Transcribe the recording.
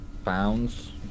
pounds